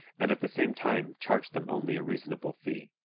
and at the same time charge them only a reasonable fee.